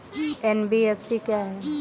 NBFC क्या है?